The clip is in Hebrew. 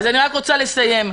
אני רק רוצה לסיים.